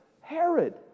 Herod